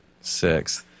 Six